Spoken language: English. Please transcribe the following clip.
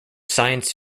science